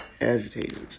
agitators